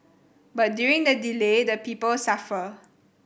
but during the delay the people suffer